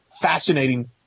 fascinating